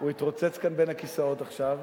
הוא התרוצץ כאן בין הכיסאות עכשיו,